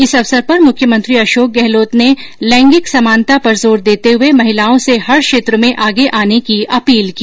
इस अवसर पर मुख्यमंत्री अशोक गहलोत ने लैंगिक समानता पर जोर देते हुए महिलाओं से हर क्षेत्र में आगे आने की अपील की